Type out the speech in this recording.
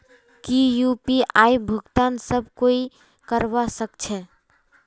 की यु.पी.आई भुगतान सब कोई ई करवा सकछै?